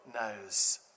knows